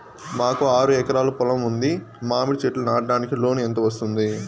మాకు ఆరు ఎకరాలు పొలం ఉంది, మామిడి చెట్లు నాటడానికి లోను ఎంత వస్తుంది?